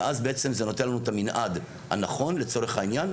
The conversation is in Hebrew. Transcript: ואז בעצם זה נותן לנו את המנעד הנכון לצורך העניין.